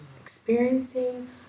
experiencing